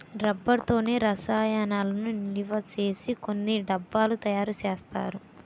rubber తోనే రసాయనాలను నిలవసేసి కొన్ని డబ్బాలు తయారు చేస్తారు